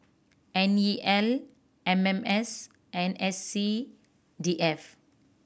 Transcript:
N E L M M S and S C D F